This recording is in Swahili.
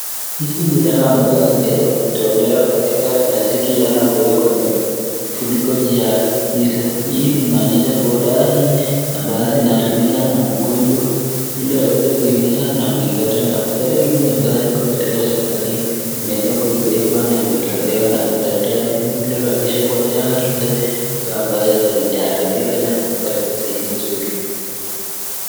Hizi ni dawa ambazo zimeweza kutolewa katika plastiki ya na kuwekwa vifuniko juu ya hizo. Hii inaonesha kuwa dawa hii ambazo inatumika na mgonjwa ili aweze kuimeza na kupata nafuu. Dawa hizi ambazo ziko hospitalini inaweza kuowekwa na lutolewa na daktari dawa hizi hazijeharibika na ziko katika sehemu nzuri.